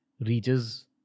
reaches